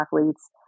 athletes